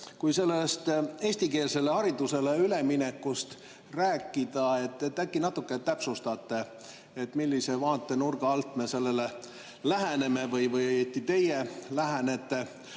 Kui sellest eestikeelsele haridusele üleminekust rääkida, äkki te natuke täpsustate, millise vaatenurga alt me sellele läheneme või õieti teie lähenete.